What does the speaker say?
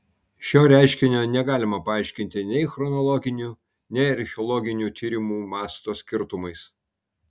šio reiškinio negalima paaiškinti nei chronologiniu nei archeologinių tyrimų masto skirtumais